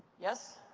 yes?